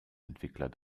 entwickler